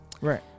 Right